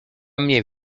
mnie